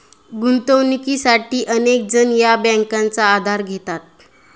गुंतवणुकीसाठी अनेक जण या बँकांचा आधार घेतात